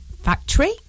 factory